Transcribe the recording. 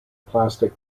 plastic